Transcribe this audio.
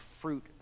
fruit